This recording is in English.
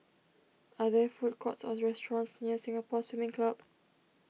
are there food courts or restaurants near Singapore Swimming Club